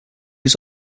was